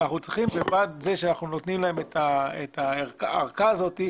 אנחנו צריכים מלבד זה שאנחנו נותנים להם את הארכה הזאת,